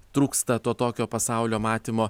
trūksta to tokio pasaulio matymo